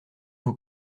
vous